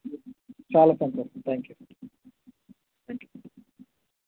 చాలా సంతోషం thank you